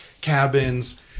cabins